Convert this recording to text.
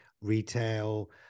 retail